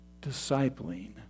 discipling